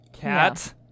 Cat